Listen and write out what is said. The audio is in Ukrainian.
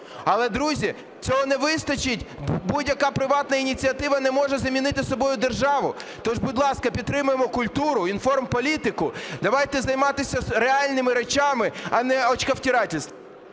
Але, друзі, цього не вистачить. Будь-яка приватна ініціатива не може замінити собою державу. То ж, будь ласка, підтримаємо культуру, інформполітику, давайте займатися реальними речами, а не очковтрительством.